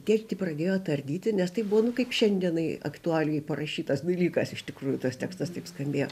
tėtį pradėjo tardyti nes tai buvo nu kaip šiandienai aktualijų parašytas dalykas iš tikrųjų tas tekstas taip skambėjo